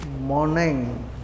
morning